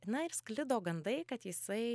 na ir sklido gandai kad jisai